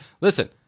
Listen